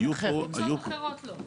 היו פה --- לקבוצות אחרות לא,